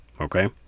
okay